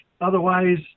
Otherwise